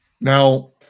Now